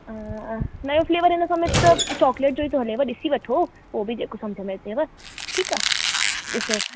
नवो फ़्लेवर हिन समय त चॉक्लेट जो ई थो हले पर ॾिसी वठो पो बि जेको समुझ में अचेव ठीकु आहे ॾिसो